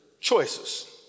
choices